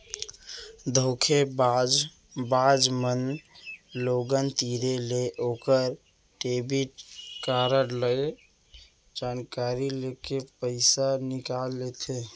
धोखेबाज बाज मन लोगन तीर ले ओकर डेबिट कारड ले जानकारी लेके पइसा निकाल लेथें